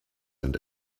and